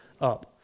up